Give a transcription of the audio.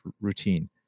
routine